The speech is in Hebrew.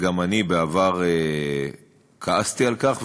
גם אני בעבר כעסתי על כך,